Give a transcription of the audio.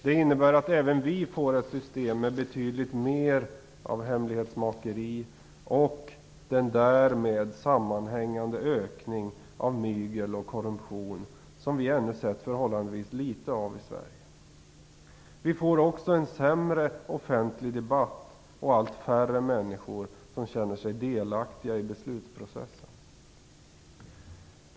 Det innebär att även vi får ett system med betydligt mer av hemlighetsmakeri och den därmed sammanhängande ökning av mygel och korruption som vi ännu sett förhållandevis litet av i Sverige. Vi får också en sämre offentlig debatt och allt färre människor som känner sig delaktiga i beslutsprocessen.